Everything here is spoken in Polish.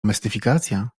mistyfikacja